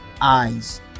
eyes